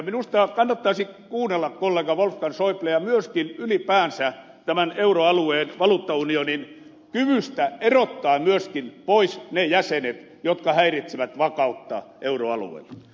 minusta kannattaisi kuunnella kollega wolfgang schäublea myöskin ylipäänsä tämän euroalueen valuuttaunionin kyvystä erottaa myöskin pois ne jäsenet jotka häiritsevät vakautta euroalueella